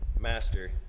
Master